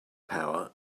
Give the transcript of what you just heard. power